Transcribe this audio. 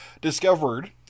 discovered